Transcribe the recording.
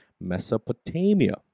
Mesopotamia